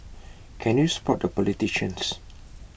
can you spot the politicians